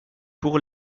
pour